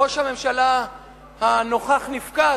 ראש הממשלה הנוכח נפקד,